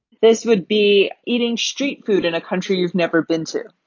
this would be eating street food in a country you've never been to,